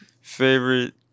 favorite